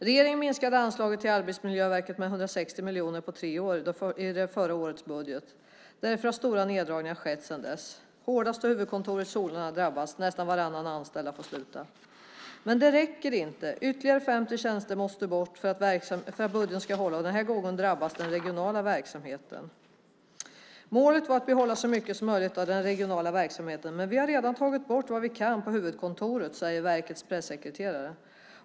Regeringen minskade anslaget till Arbetsmiljöverket med 160 miljoner på tre år i förra årets budget. Därför har stora neddragningar skett sedan dess. Hårdast har huvudkontoret i Solna drabbats, där nästan varannan anställd har fått sluta. Men det räcker inte. Ytterligare 50 tjänster måste bort för att budgeten ska hållas och den här gången drabbas den regionala verksamheten. Målet var att behålla så mycket som möjligt av den regionala verksamheten, men vi har redan tagit bort vad vi kan, säger verkets pressekreterare Catarina Edgar.